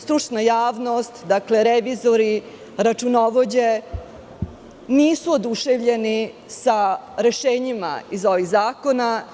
Stručna javnost, revizori, računovođe, nisu oduševljeni sa rešenjima iz ovih zakona.